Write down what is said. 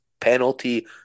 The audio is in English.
penalty